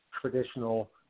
traditional